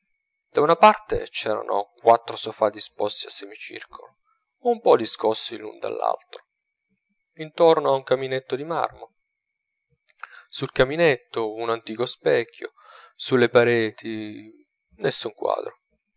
da una parte c'eran quattro sofà disposti a semicircolo un po discosti l'un dall'altro intorno a un camminetto di marmo sul camminetto un antico specchio sulle pareti nessun quadro